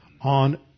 on